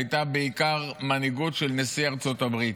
הייתה בעיקר מנהיגות של נשיא ארצות הברית.